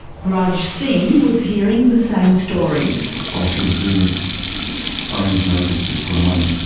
raj singh was hearing the same stories. ah she was doing arranged marriages so for the money.